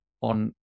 on